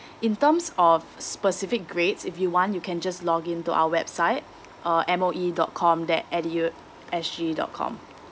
in terms of specific grades if you want you can just login to our website uh M O E dot com dot edu S G dot com